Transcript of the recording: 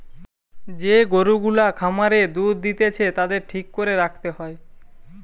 যে গরু গুলা খামারে দুধ দিতেছে তাদের ঠিক করে রাখতে হয়